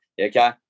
okay